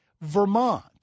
Vermont